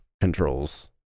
controls